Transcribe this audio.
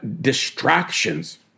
distractions